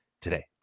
today